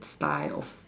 style of